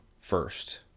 first